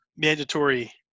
mandatory